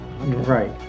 Right